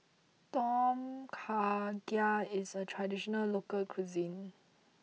Tom Kha Gai is a traditional local cuisine